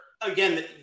again